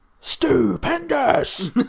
STUPENDOUS